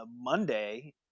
Monday